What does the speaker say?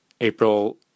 April